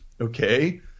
Okay